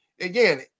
Again